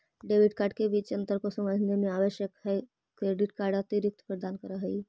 Debit card के बीच अंतर को समझे मे आवश्यक होव है क्रेडिट कार्ड अतिरिक्त प्रदान कर है?